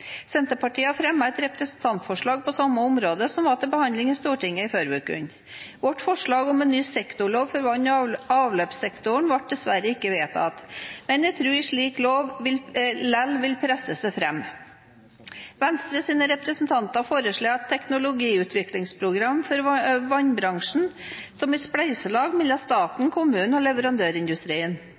Senterpartiet har fremmet et representantforslag på samme område, som var til behandling i Stortinget forrige uke. Vårt forslag om en ny sektorlov for vann- og avløpssektoren ble dessverre ikke vedtatt, men jeg tror en slik lov likevel vil presse seg fram. Venstres representanter foreslår et teknologiutviklingsprogram for vannbransjen som et spleiselag mellom staten, kommunene og leverandørindustrien.